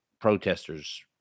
protesters